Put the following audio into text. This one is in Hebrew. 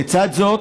לצד זאת,